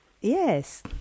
Yes